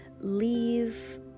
leave